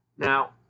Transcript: Now